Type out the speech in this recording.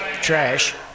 trash